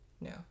no